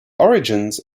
origins